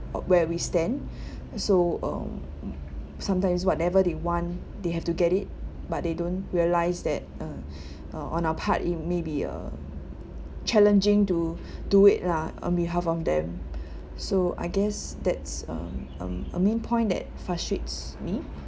where we stand so um sometimes whatever they want they have to get it but they don't realise that uh uh on our part it may be uh challenging to do it lah on behalf of them so I guess that's um um a main point that frustrates me